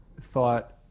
thought